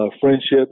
friendships